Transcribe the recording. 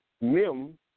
Mim